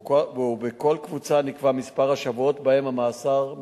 ובכל קבוצה נקבע מספר השבועות שבהם המאסר מתקצר.